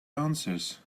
answers